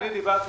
דיברתי